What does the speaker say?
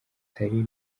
atari